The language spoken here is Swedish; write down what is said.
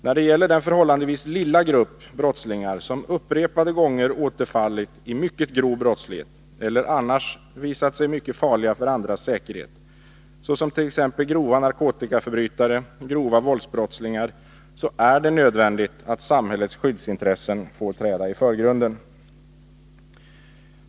När det gäller den förhållandevis lilla grupp brottslingar som upprepade gånger återfallit i mycket grov brottslighet eller annars visat sig mycket farliga för andras säkerhet, såsom grova narkotikaförbrytare och grova våldsbrottslingar, är det nödvändigt att samhällets skyddsintressen får träda i förgrunden.